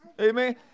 Amen